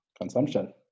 Consumption